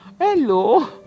Hello